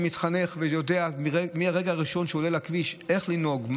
שמתחנך ויודע מהרגע הראשון שהוא עולה לכביש איך לנהוג,